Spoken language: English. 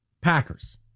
Packers